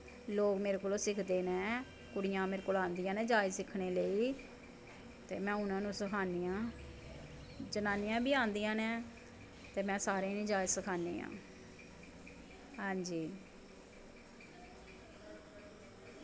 लोग मेरे कोला दा सिखदे न कुड़ियां मेरे कोल आंदियां न जाच सिक्खने लेई ते में उ'नां नूं सखानी आं जनानियां बी आदियां न ते में सारें ई जाच सखानी आं आं जी